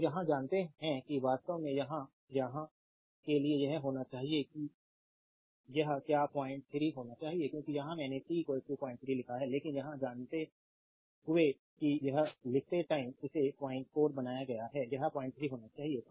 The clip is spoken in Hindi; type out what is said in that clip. तो यहाँ जानते हैं कि वास्तव में यहाँ यह है कि यह होना चाहिए कि यह क्या 03 होना चाहिए क्योंकि यहाँ मैंने t 03 लिया है लेकिन यहाँ जानते हुए कि यह लिखते टाइम इसे 04 बनाया गया है यह 03 होना चाहिए